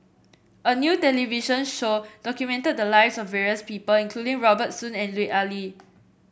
a new television show documented the lives of various people including Robert Soon and Lut Ali